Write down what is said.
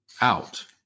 out